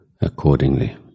accordingly